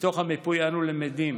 מהמיפוי אנו למדים